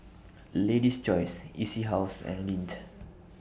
Lady's Choice E C House and Lindt